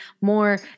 more